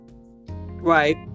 right